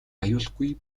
аюулгүй